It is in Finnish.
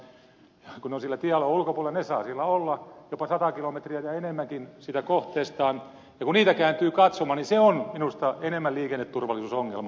kun ne ovat siellä tiealueen ulkopuolella ne saavat siellä olla jopa sata kilometriä ja enemmänkin siitä kohteestaan ja kun niitä kääntyy katsomaan niin se on minusta enemmän liikenneturvallisuusongelma